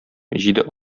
җиде